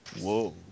Whoa